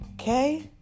okay